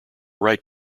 right